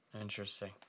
interesting